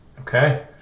Okay